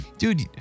Dude